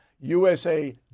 USA